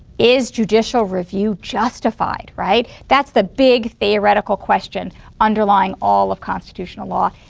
is judicial review justified? right, that's the big theoretical question underlying all of constitutional law.